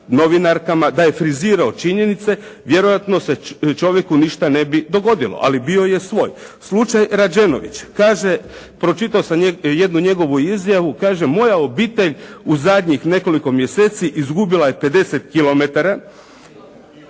novinarkama, da je frizirao činjenice vjerojatno se čovjeku ne bi dogodilo. Ali bio je svoj. Slučaj Rađenović, kaže pročitao sam jednu njegovu izjavu, kaže, moja obitelj u zadnjih nekoliko mjeseci izgubila je 50